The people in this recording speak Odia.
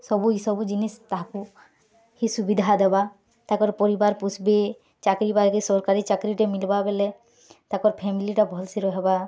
ସବୁ ଜିନିଷ୍ ତାହାକୁ ହି ସୁବିଧା ଦେବା ତାକର୍ ପରିବାର୍ ପୋଷ୍ବେ ଚାକିରି ବାକିରି ସରକାରୀ ଚାକିରିଟେ ମିଲ୍ବା ବେଲେ ତାକର୍ ଫେମଲିଟା ଭଲ୍ସେ ରହ୍ବା